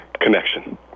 connection